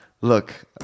look